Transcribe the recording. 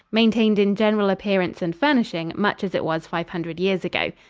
maintained in general appearance and furnishing much as it was five hundred years ago.